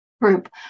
group